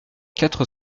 quatre